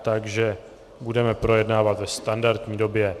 Takže budeme projednávat ve standardní době.